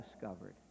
discovered